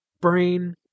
Brain